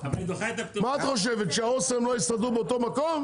מה את חושבת שאסם לא יסדרו באותו מקום?